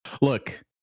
Look